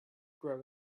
grow